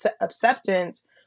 acceptance